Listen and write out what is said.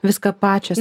viską pačios